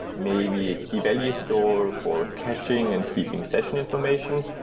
maybe a key value store for caching and keeping session information.